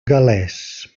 gal·lès